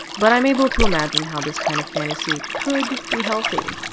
but i'm able to imagine how this kind of fantasy could be healthy.